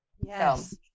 Yes